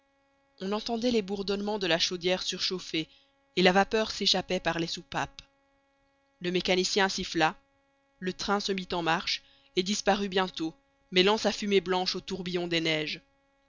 on entendait les bourdonnements de la chaudière surchauffée et la vapeur s'échappait par les soupapes le mécanicien siffla le train se mit en marche et disparut bientôt mêlant sa fumée blanche au tourbillon des neiges